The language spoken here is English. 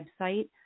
website